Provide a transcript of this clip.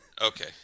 Okay